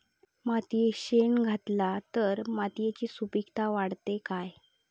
मातयेत शेण घातला तर मातयेची सुपीकता वाढते काय?